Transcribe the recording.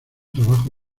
trabajo